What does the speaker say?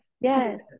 yes